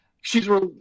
shes